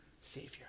savior